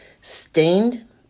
stained